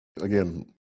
Again